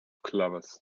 clovers